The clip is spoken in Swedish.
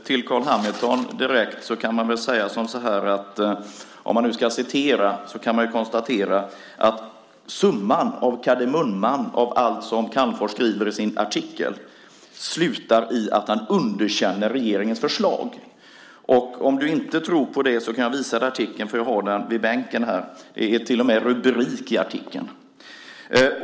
Herr talman! Till Carl B Hamilton vill jag säga att om man ska citera så kan man konstatera att summan av det som Calmfors skriver i sin artikel är att han underkänner regeringens förslag. Och om du inte tror på det, Carl B Hamilton, kan jag visa dig artikeln, för jag har den i bänken. Det finns till och med en rubrik till artikeln.